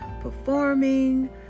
performing